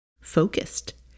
focused